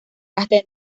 hasta